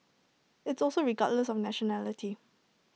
it's also regardless of nationality